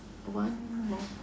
one more